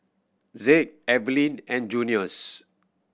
Zeke Eveline and Junious